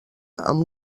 amb